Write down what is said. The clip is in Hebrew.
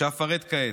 שאפרט כעת.